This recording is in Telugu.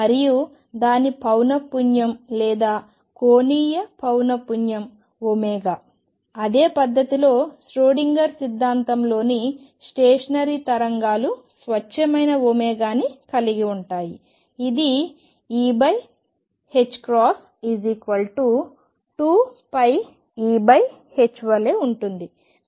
మరియు దాని పౌనఃపున్యం లేదా కోణీయ పౌనఃపున్యం అదే పద్ధతిలో ష్రోడింగర్ సిద్ధాంతంలోని స్టేషనరీ తరంగాలు స్వచ్ఛమైన ωని కలిగి ఉంటాయి ఇది E 2πE h వలె ఉంటుంది